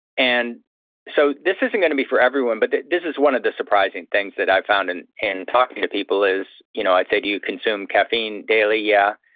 and so this isn't gonna be for everyone, but this is one of the surprising things that i've found in in talking to people is, you know i'd say, do you consume caffeine daily? yeah.